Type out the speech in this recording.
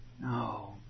no